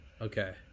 Okay